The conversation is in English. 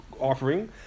offering